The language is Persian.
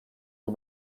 بود